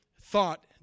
thought